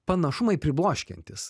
panašumai pribloškiantys